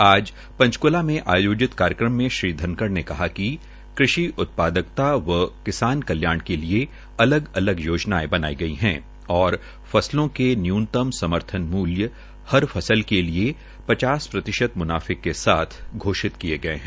आज पंचक्ला में आयोजित कार्यक्रम में श्री धनखड़ ने कहा कि कृषि उत्पादकता व किसान कल्याण के लिये अलग अलग योजनायें बनाई गई है और फसलों के न्यूनतम समर्थन मूल्य पर फसल के लिये पचास प्रतिशत म्नाफे के साथ घोषित किये गये है